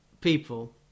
people